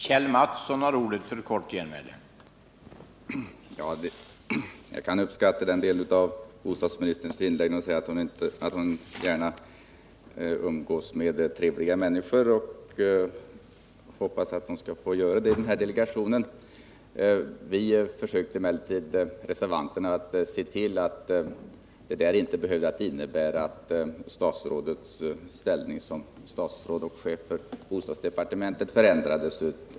Herr talman! Jag kan uppskatta den del av bostadsministerns inlägg där hon säger att hon gärna umgås med trevliga människor, och jag hoppas hon skall få göra det i denna delegation. Vi reservanter försökte emellertid se till att detta inte behövde innebära att statsrådets ställning som statsråd och chef för bostadsdepartementet förändrades.